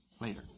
Later